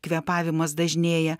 kvėpavimas dažnėja